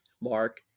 Mark